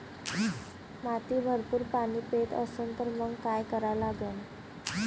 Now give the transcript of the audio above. माती भरपूर पाणी पेत असन तर मंग काय करा लागन?